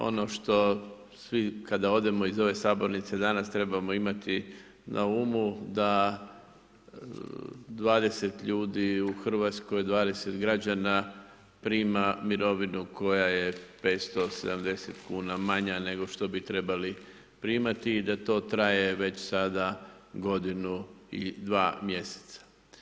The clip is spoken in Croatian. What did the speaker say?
Ono što svi kada odemo iz ove sabornice danas trebamo imati na umu da 20 ljudi u Hrvatskoj, 20 građana prima mirovinu koja je 570 kuna manja nego što bi trebali primati i da to traje već sada godinu i 2 mjeseca.